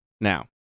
Now